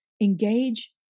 Engage